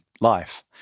life